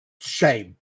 Shame